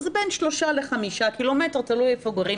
זה בין 3-5 קמ' תלוי איפה גרים בכפר.